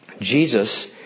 Jesus